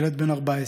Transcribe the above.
ילד בן 14,